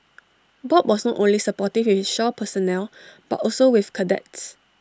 bob was not only supportive with his shore personnel but also with cadets